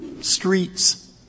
streets